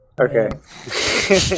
Okay